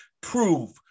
prove